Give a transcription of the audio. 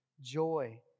Joy